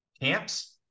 camps